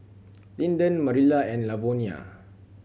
Linden Marilla and Lavonia